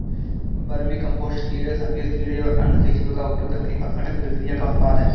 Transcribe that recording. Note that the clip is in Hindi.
वर्मीकम्पोस्ट कीड़े सफेद कीड़े और अन्य केंचुए का उपयोग करके अपघटन प्रक्रिया का उत्पाद है